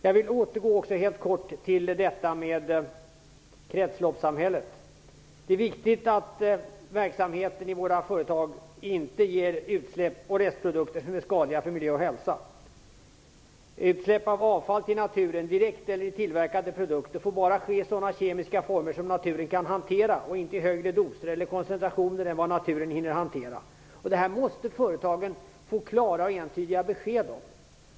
Låt mig sedan återgå helt kort till kretsloppssamhället. Det är viktigt att verksamheten i våra företag inte ger utsläpp och restprodukter som är skadliga för miljö och hälsa. Utsläpp av avfall direkt till naturen eller i form av tillverkade produkter får bara ske i sådana kemiska former som naturen kan hantera och inte i högre doser eller koncentrationer än vad naturen hinner hantera. Detta måste företagen få klara och entydiga besked om.